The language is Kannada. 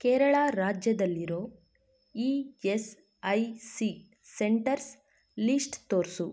ಕೇರಳ ರಾಜ್ಯದಲ್ಲಿರೋ E S I C centres list ತೋರಿಸು